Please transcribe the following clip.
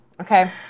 Okay